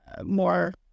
more